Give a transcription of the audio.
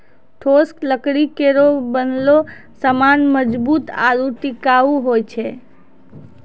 ठोस लकड़ी केरो बनलो सामान मजबूत आरु टिकाऊ होय छै